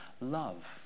love